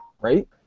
right